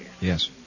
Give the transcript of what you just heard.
Yes